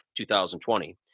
2020